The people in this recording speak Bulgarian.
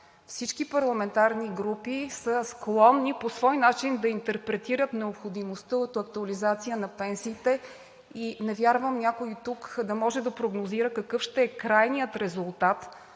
Всички парламентарни групи са склонни по свой начин да интерпретират необходимостта от актуализация на пенсиите и не вярвам някой тук да може да прогнозира какъв ще е крайният резултат,